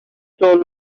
told